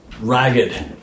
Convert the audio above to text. ragged